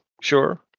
sure